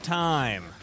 time